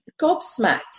gobsmacked